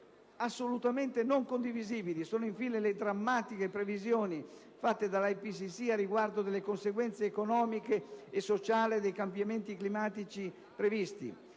Assolutamente non condivisibili sono infine le drammatiche previsioni fatte dall'IPCC a riguardo delle conseguenze economiche e sociali dei cambiamenti climatici previsti.